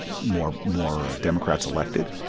more more democrats elected.